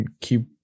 keep